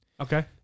Okay